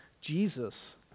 Jesus